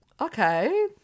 Okay